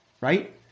right